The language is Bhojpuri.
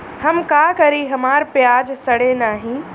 हम का करी हमार प्याज सड़ें नाही?